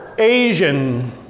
Asian